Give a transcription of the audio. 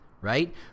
right